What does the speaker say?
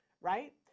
right